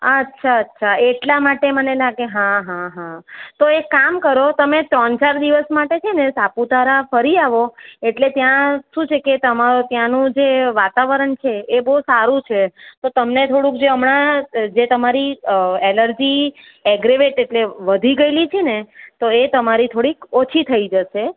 અચ્છા અચ્છા એટલા માટે મને લાગે હા હા હા તો એક કામ કરો તમે ત્રણ ચાર દિવસ માટે છેને સાપુતારા ફરી આવો એટલે ત્યાં શું છે કે તમારા ત્યાંનું જે વાતાવરણ છે એ બહુ સારું છે તો તમને થોડુંક જે હમણાં જે તમારી એલર્જી અગરેવેટ એટલે વધી ગયેલી છેને તો એ તમારી થોડીક ઓછી થઈ જશે